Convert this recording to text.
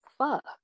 Fuck